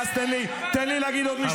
תודה.